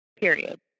period